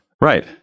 Right